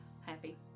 happy